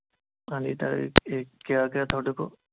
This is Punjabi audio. ਹਾਂਜੀ ਤਾਂ ਇ ਇਹ ਕਿਆ ਕਿਆ ਤੁਹਾਡੇ ਕੋਲ